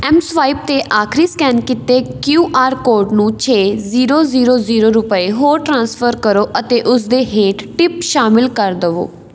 M swipe 'ਤੇ ਆਖਰੀ scan ਕੀਤੇ ਕਿਯੂ ਆਰ ਕੋਡ ਨੂੰ ਛੇ ਜ਼ੀਰੋ ਜ਼ੀਰੋ ਜ਼ੀਰੋ ਰੁਪਏ ਹੋਰ ਟ੍ਰਾਂਸਫਰ ਕਰੋ ਅਤੇ ਉਸ ਦੇ ਹੇਠ ਟਿਪ ਸ਼ਾਮਿਲ ਕਰ ਦੇਵੋ